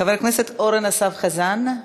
חבר הכנסת אורן אסף חזן.